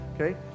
Okay